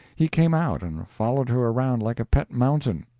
he came out and followed her around like a pet mountain.